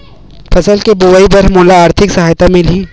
फसल के बोआई बर का मोला आर्थिक सहायता मिलही?